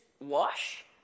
wash